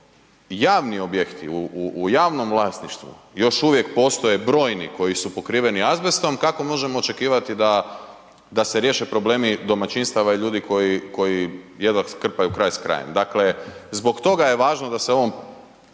javni objekti u javnom vlasništvu još uvijek postoje brojni koji su pokriveni azbestom, kako možemo očekivati da se riješe problemi domaćinstava ljudi koji jedva krpaju kraj s krajem? Dakle, zbog toga je važno da se ovom